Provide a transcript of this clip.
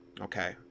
okay